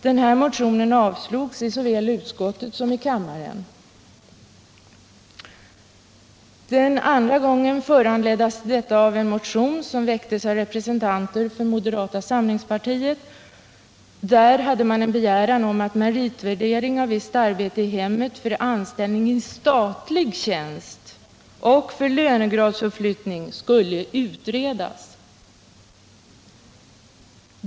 Denna motion avstyrktes av utskottet och avslogs av kammaren. Andra gången behandlades frågan i anledning av en motion som väckts av representanter för moderata samlingspartiet med begäran om att meritvärdering av visst arbete i hemmet för anställning i statlig tjänst och för lönegradsuppflyttning skulle utredas.